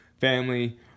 family